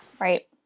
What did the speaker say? Right